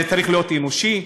זה צריך להיות אנושי,